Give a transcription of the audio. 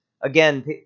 Again